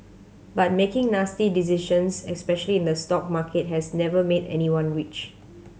but making nasty decisions especially in the stock market has never made anyone rich